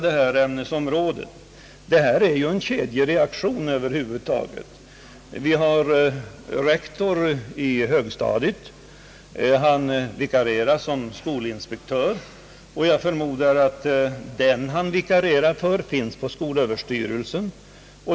Det blir i detta sammanhang ett slags kedjereaktion. Rektorn för vårt högstadium vikarierar såsom skolinspektör — jag förmodar att den som han ersätter sitter på skolöverstyrelsen.